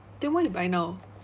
then why you buy now